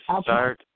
start